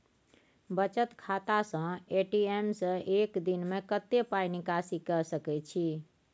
बचत खाता स ए.टी.एम से एक दिन में कत्ते पाई निकासी के सके छि?